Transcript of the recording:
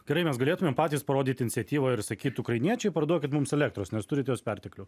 gerai mes galėtumėm patys parodyt iniciatyvą ir sakyt ukrainiečiai parduokit mums elektros nes turit jos perteklių